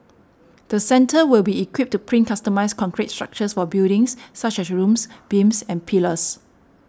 the centre will be equipped to print customised concrete structures for buildings such as rooms beams and pillars